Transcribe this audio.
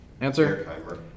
Answer